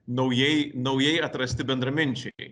naujai naujai atrasti bendraminčiai